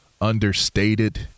understated